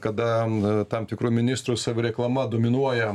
kada tam tikrų ministrų reklama dominuoja